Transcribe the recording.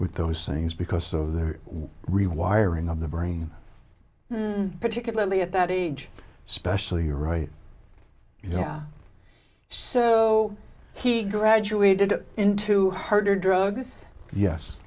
with those things because of their rewiring of the brain particularly at that age especially you're right yeah so he graduated into harder drugs yes